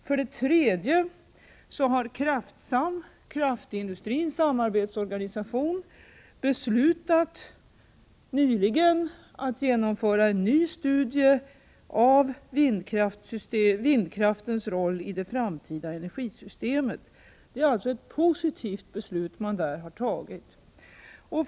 För det tredje har Kraftsam, kraftindustrins samarbetsorganisation, nyligen beslutat att genomföra en nya studie av vindkraftens roll i det framtida energisystemet. Det är alltså ett positivt beslut man har fattat.